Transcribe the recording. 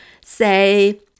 say